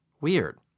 Weird